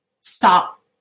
stop